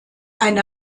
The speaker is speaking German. eine